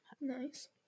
nice